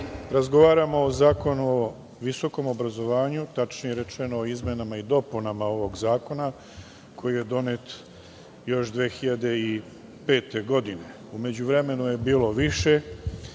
razgovaramo o Zakonu o visokom obrazovanju, tačnije rečeno o izmenama i dopunama ovog zakona koji je donet još 2005. godine. U međuvremenu je bilo više